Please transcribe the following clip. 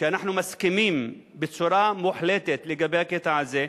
ואנחנו מסכימים בצורה מוחלטת בקטע הזה,